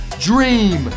dream